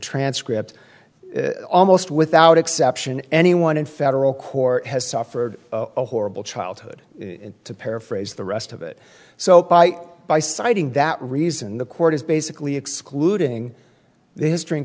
transcript almost without exception anyone in federal court has suffered a horrible childhood to paraphrase the rest of it so by citing that reason the court is basically excluding the history and